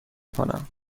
کنم